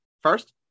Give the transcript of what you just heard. first